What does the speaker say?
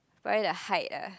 probably the height ah